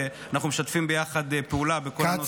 ואנחנו משתפים יחד פעולה בכל הנושא,